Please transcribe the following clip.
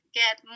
get